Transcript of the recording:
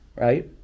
right